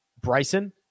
Bryson